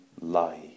lie